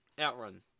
Outrun